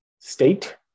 state